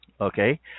Okay